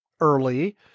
early